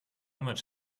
much